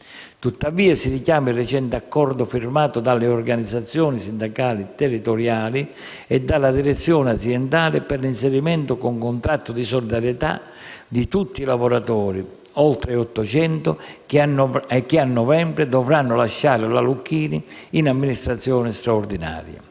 Tuttavia si richiama il recente accordo firmato dalle organizzazioni sindacali territoriali e dalla direzione aziendale per l'inserimento con contratto di solidarietà, di tutti i lavoratori (oltre 800) che a novembre dovranno lasciare la Lucchini in amministrazione straordinaria.